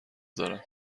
دارم